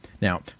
Now